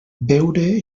beure